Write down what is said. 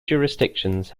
jurisdictions